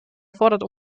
erfordert